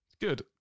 Good